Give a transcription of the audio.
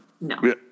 No